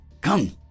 Come